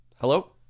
Hello